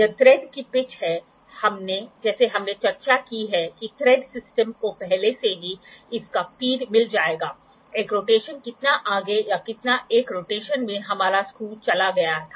यह थ्रेड की पिच है जैसे हमने चर्चा की है कि थ्रेड सिस्टम को पहले से ही इसका फीड मिल जाएगा एक रोटेशन कितना आगे या कितना एक रोटेशन में हमारा स्क्रू चला गया था